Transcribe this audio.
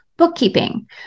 Bookkeeping